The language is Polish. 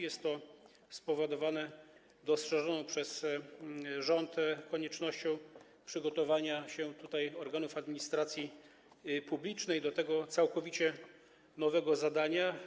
Jest to spowodowane dostrzeżoną przez rząd koniecznością przygotowania się organów administracji publicznej do tego całkowicie nowego zadania.